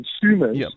consumers